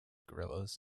guerrillas